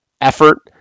effort